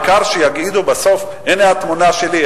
העיקר שיגידו בסוף: הנה התמונה שלי,